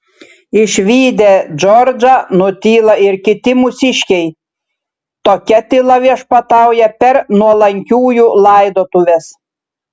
išvydę džordžą nutyla ir kiti mūsiškiai tokia tyla viešpatauja per nuolankiųjų laidotuves